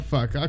Fuck